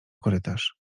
korytarz